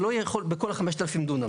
הוא לא יכול להיות בכל 5,000 הדונם.